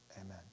Amen